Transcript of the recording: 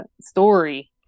story